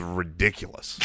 ridiculous